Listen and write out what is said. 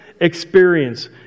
experience